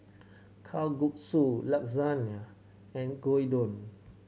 Kalguksu Lasagna and Gyudon